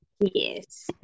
Yes